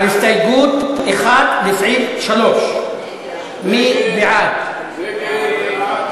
הסתייגות 1 לסעיף 3. ההסתייגות של חברי הכנסת אילן